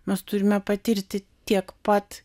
mes turime patirti tiek pat